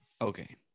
okay